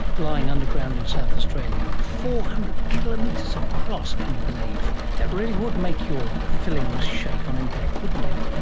lying underground in south australia, four hundred kilometres across, can you believe. that really would make your fillings shake on impact, wouldn't it!